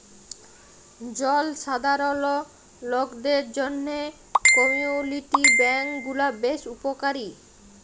জলসাধারল লকদের জ্যনহে কমিউলিটি ব্যাংক গুলা বেশ উপকারী